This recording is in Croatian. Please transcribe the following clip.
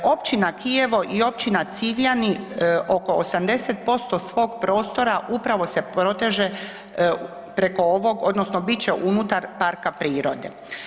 Općina Kijevo i općina Civljani oko 80% svog prostora upravo se proteže preko ovog, odnosno bit će unutar parka prirode.